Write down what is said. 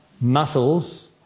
muscles